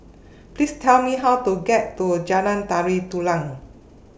Please Tell Me How to get to Jalan Tari Dulang